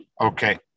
Okay